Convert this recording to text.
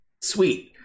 Sweet